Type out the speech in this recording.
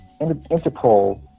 Interpol